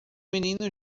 menino